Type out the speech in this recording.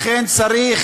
לכן צריך